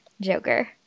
Joker